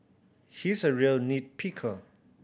he is a real nit picker